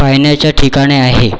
पाहण्याचा ठिकाणे आहे